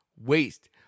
Waste